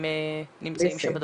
אם נמצאים שם בדוח.